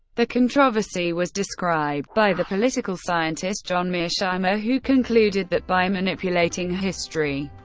the controversy was described by the political scientist john mearsheimer, who concluded that, by manipulating history,